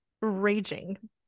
Raging